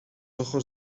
ojos